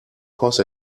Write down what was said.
cost